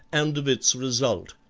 and of its result.